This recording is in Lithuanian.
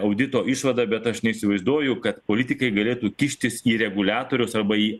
audito išvadą bet aš neįsivaizduoju kad politikai galėtų kištis į reguliatoriaus arba į